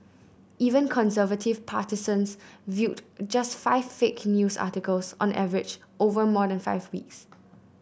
even conservative partisans viewed just five fake news articles on average over more than five weeks